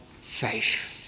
faith